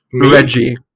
Reggie